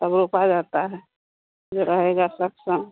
तब रोपा जाता है जो रहेगा सब सम